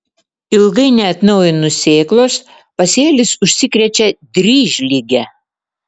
ilgai neatnaujinus sėklos pasėlis užsikrečia dryžlige